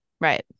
Right